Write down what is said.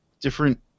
different